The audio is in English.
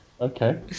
Okay